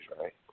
right